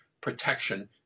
protection